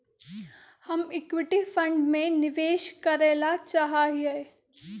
हम equity fund में निवेश करे ला चाहा हीयी